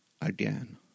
again